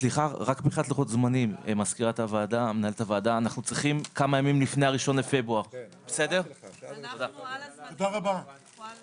הישיבה ננעלה בשעה 10:50.